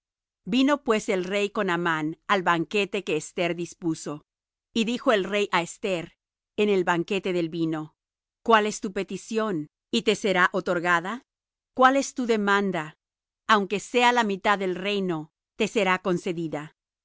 vino pues el rey con amán al banquete que esther dispuso y dijo el rey á esther en el banquete del vino cuál es tu petición y te será otorgada cuál es tu demanda aunque sea la mitad del reino te será concedida